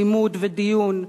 לימוד ודיון,